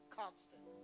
constant